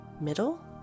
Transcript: Middle